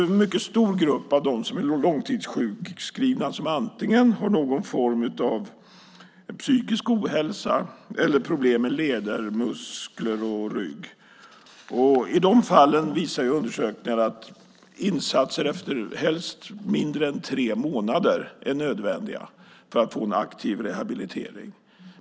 En mycket stor grupp av dem som är långtidssjukskrivna har antingen någon form av psykisk ohälsa eller problem med leder, muskler och rygg. Undersökningar visar att det i de fallen är nödvändigt med insatser efter helst mindre än tre månader för en aktiv rehabilitering.